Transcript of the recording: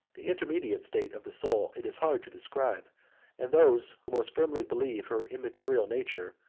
the intermediate state of the soul it is hard to decide and those who most firmly believe her immaterial nature,